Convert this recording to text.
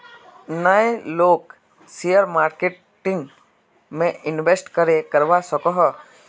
नय लोग share marketing में इंवेस्ट करे करवा सकोहो?